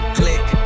click